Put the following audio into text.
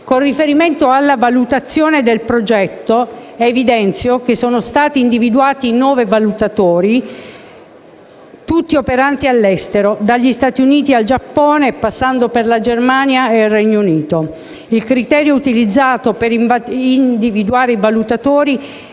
Con riferimento alla valutazione del progetto, evidenzio come sono stati individuati nove valutatori, tutti operanti all'estero, dagli Stati Uniti, al Giappone, passando per la Germania e il Regno Unito. Il criterio utilizzato per individuare i valutatori è